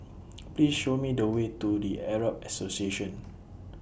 Please Show Me The Way to The Arab Association